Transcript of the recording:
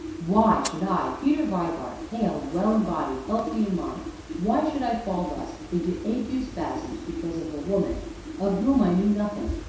why should i, peter vibart, hale and well in body, healthy in mind why should i fall thus into ague-spasms because of a woman of whom i knew nothing,